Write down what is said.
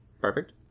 Perfect